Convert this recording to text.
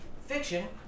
fiction